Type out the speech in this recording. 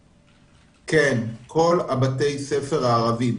כן, כל בתי הספר הערבים.